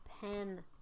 pen